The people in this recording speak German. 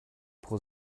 pro